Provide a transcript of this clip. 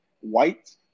white